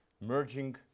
merging